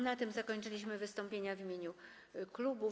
Na tym zakończyliśmy wystąpienia w imieniu klubów.